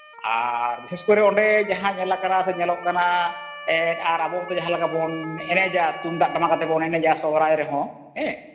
ᱟᱨ ᱵᱤᱥᱮᱥ ᱠᱚᱨᱮ ᱚᱸᱰᱮ ᱡᱟᱦᱟᱸ ᱧᱮᱞᱟᱠᱟᱱ ᱥᱮ ᱧᱮᱞᱚᱜ ᱠᱟᱱᱟ ᱟᱨ ᱟᱵᱚ ᱚᱱᱛᱮ ᱡᱟᱦᱟᱸᱞᱮᱠᱟ ᱵᱚᱱ ᱮᱱᱮᱡᱟ ᱛᱩᱢᱫᱟᱜ ᱴᱟᱢᱟᱠᱟᱛᱮ ᱵᱚᱱ ᱮᱱᱮᱡᱟ ᱥᱚᱦᱨᱟᱭ ᱨᱮᱦᱚᱸ ᱦᱮᱸ